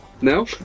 No